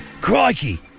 Crikey